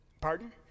Pardon